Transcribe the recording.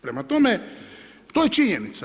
Prema tome, to je činjenica.